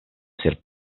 ser